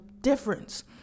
difference